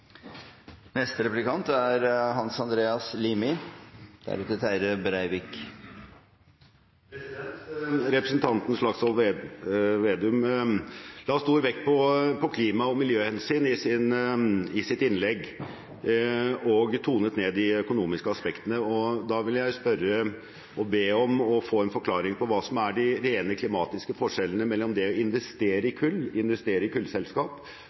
Representanten Slagsvold Vedum la stor vekt på klima- og miljøhensyn i sitt innlegg og tonet ned de økonomiske aspektene. Da vil jeg spørre og be om å få en forklaring på hva som er de rene klimatiske forskjellene mellom det å investere